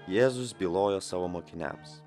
jėzus bylojo savo mokiniams